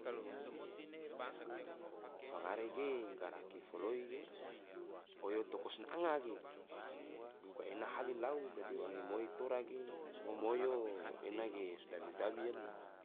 fangare ge garaki folai ge, oyo toko sinanga ge duga ena hali lau, dadi wange moi tora ge ngom oyo ena ge sodabi sodabi yali